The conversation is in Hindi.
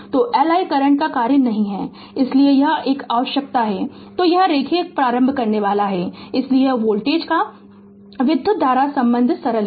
तो L I करंट का कार्य नहीं है इसलिए यह एक आवश्यकता है तो यह रैखिक प्रारंभ करनेवाला है इसलिए यह वोल्टेज का विधुत धारा संबंध सरल है